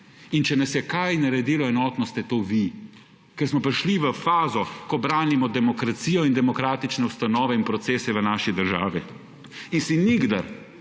kaj je naredilo enotno ste to vi, ker smo prišli v fazo, ko branimo demokracijo in demokratične ustanove in procese v naši državi. In si nikdar,